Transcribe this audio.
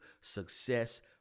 success